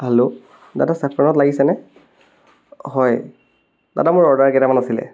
hello দাদা চেফ্ৰ'নত লাগিছেনে হয় দাদা মোৰ অৰ্ডাৰকেইটামান আছিলে